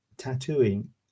tattooing